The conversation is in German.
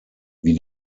wie